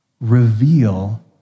reveal